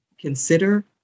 consider